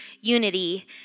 unity